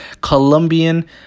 Colombian